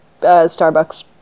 Starbucks